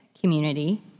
community